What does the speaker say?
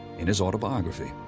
in his autobiography.